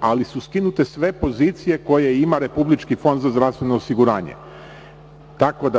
Ali, skinute su sve pozicije koje ima Republički fond za zdravstveno osiguranje, tako